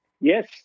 Yes